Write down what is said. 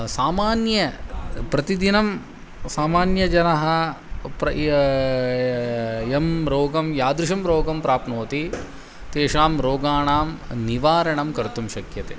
सामान्य प्रतिदिनं सामान्यजनः प्र यं रोगं यादृशं रोगं प्राप्नोति तेषां रोगाणां निवारणं कर्तुं शक्यते